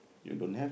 you don't have